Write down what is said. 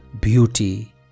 beauty